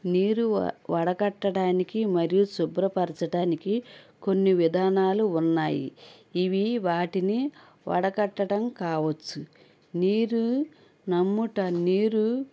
నీరు వ వడకట్టడానికి మరియు శుభ్రపరచడానికి కొన్ని విధానాలు ఉన్నాయి ఇవి వాటిని వడకట్టడం కావచ్చు నీరు నమ్ముట నీరు